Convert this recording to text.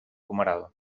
fumeral